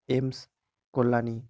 AIIMS Kalyani